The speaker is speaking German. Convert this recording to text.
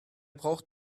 braucht